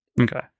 Okay